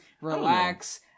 relax